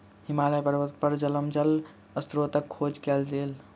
हिमालय पर्वत पर जमल जल स्त्रोतक खोज कयल गेल